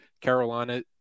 Carolina